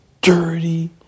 dirty